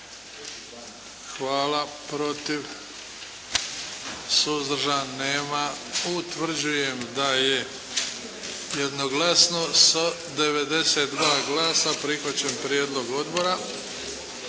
netko protiv? Suzdržan? Nema. Hvala. Utvrđujem da je jednoglasno s 91 glas prihvaćen Prijedlog odbora.